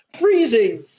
freezing